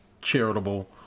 charitable